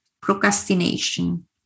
procrastination